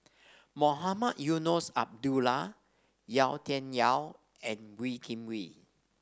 Mohamed Eunos Abdullah Yau Tian Yau and Wee Kim Wee